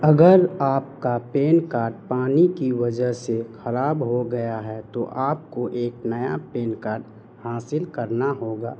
اگر آپ کا پین کارڈ پانی کی وجہ سے خراب ہو گیا ہے تو آپ کو ایک نیا پین کارڈ حاصل کرنا ہوگا